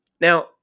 now